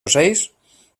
ocells